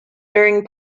during